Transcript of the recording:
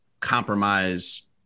compromise